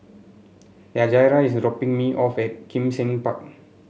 Yajaira is dropping me off at Kim Seng Park